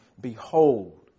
behold